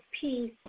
peace